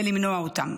ולמנוע אותם.